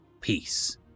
Peace